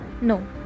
no